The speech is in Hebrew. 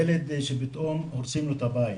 ילד שפתאום הורסים לו את הבית.